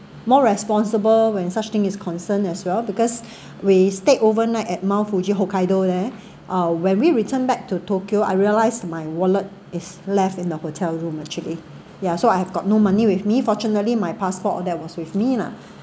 more responsible when such thing is concerned as well because we stayed overnight at mount fuji hokkaido there uh when we return back to tokyo I realised my wallet is left in the hotel room actually yeah so I have got no money with me fortunately my passport all that was with me lah